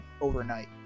overnight